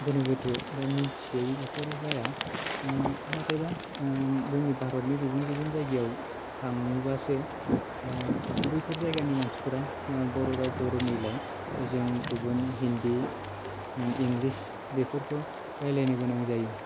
गोनो गोथो बा मोनथियै बेफोरो जाया ओ नाथायबा ओ जोंनि भारतनि गुबुन गुबुन जायगायाव थांबासो ओ बैफोर जायगानि मानसिफोरा ओ बर' रावखौ रोङैलाय जों गुबुन हिन्दी इंराजि बेफोरखौ रायलायनो गोनां जायो